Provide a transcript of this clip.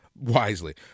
wisely